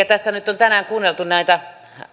tässä nyt on tänään kuunneltu näitä